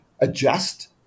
adjust